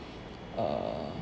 err